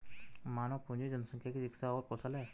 मानव पूंजी जनसंख्या की शिक्षा और कौशल है